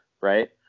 right